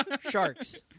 Sharks